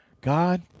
God